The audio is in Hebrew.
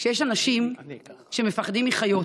יש אנשים שמפחדים מחיות,